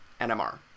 nmr